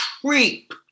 creep